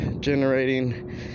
generating